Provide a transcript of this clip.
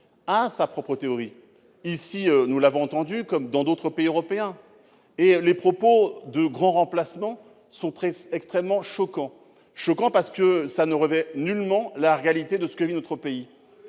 a sa propre théorie. Nous l'avons entendu ici comme dans d'autres pays européens. Les propos sur le « grand remplacement » sont extrêmement choquants, parce qu'ils ne reflètent nullement la réalité de ce que vit notre pays,